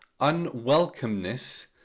unwelcomeness